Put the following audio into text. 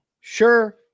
Sure